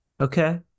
okay